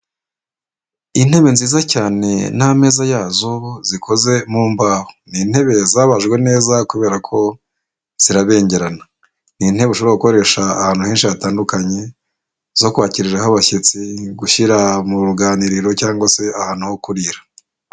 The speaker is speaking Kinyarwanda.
Intebe nziza cyane n'ameza yazo zikoze mu mbaho, ni intebe zabajwe neza kubera ko zirabengerana, ni intebe ushobora gukoresha ahantu henshi hatandukanye zo kwakiriraho abashyitsi, gushyira mu ruganiriro cyangwa se ahantu ho kurira.